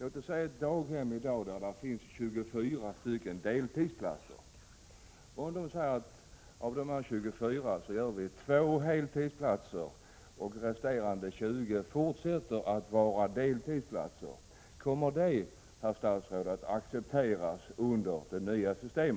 Kommer det i det nya systemet att accepteras att man på ett daghem som i dag har 24 deltidsplatser inrättar 2 heltidsplatser och låter de resterande 20 vara deltidsplatser?